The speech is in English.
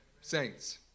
Saints